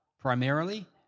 primarily